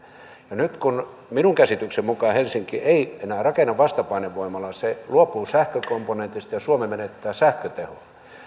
nyt minun käsitykseni mukaan helsinki ei enää rakenna vastapainevoimaloita se luopuu sähkökomponentista ja suomi menettää sähkötehoa